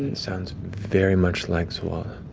and sounds very much like zuala.